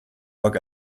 bug